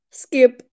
skip